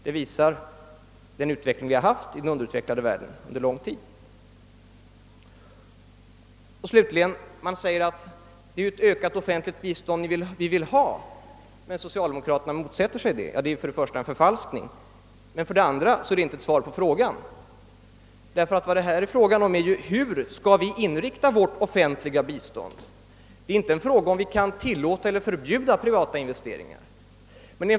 Det visar den utveckling som har ägt rum i den underutvecklade världen under lång tid. Vidare säger man från oppositionens sida: Det är ett ökat offentligt tillstånd vi vill ha, men socialdemokraterna motsätter sig det. För det första är det en förfalskning, och för det andra är det inte ett svar på frågan. Vad det här gäller är ju bur vi skall inrikta vårt offentliga bistånd men inte om vi skall tillåta eller förbjuda privata investeringar.